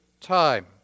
time